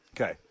Okay